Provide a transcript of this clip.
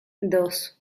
dos